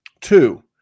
two